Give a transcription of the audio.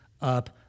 up